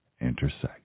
intersect